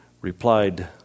replied